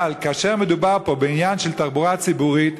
אבל כאשר מדובר פה בעניין של תחבורה ציבורית,